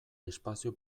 espazio